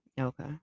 Okay